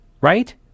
right